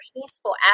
peaceful